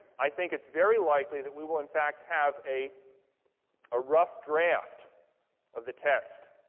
i think it's very likely that we will, in fact, have a ah rough draft of the text,